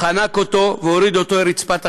חנק אותו והוריד אותו אל רצפת החדר,